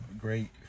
great